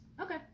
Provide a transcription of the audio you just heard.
Okay